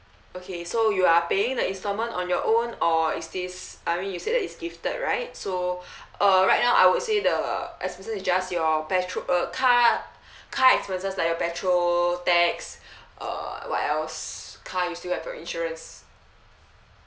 okay so you are paying the instalment on your own or is this I mean you said that it's gifted right so uh right now I would say the expenses is just your petrol uh car car expenses like your petrol tax uh what else car you still have your insurance